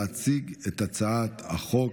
להציג את הצעת החוק.